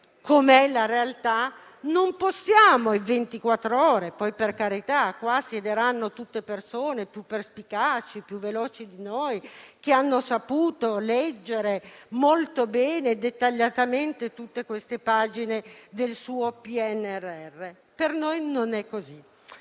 La realtà è che non possiamo in ventiquattro ore; per carità, qui siederanno tutte persone più perspicaci e più veloci di noi, che hanno saputo leggere molto bene e dettagliatamente tutte le pagine del suo PNRR. Per noi non è così.